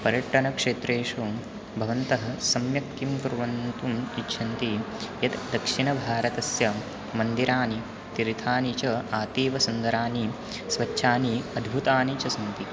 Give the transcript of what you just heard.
पर्यटनक्षेत्रेषु भवन्तः सम्यक् किं कर्तुं इच्छन्ति यत् दक्षिणभारतस्य मन्दिरानि तीर्थानि च अतीवसुन्दरानि स्वच्छानि अद्भुतानि च सन्ति